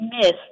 missed